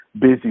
busy